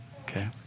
Okay